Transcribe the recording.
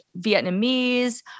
Vietnamese